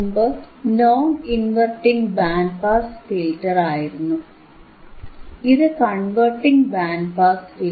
മുമ്പ് non inverting band pass filter ആയിരുന്നു ഇതക് ഇൻവെർട്ടിംഗ് ബാൻഡ് പാസ് ഫിൽറ്റർ ആണ്